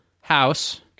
House